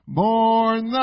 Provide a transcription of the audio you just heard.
born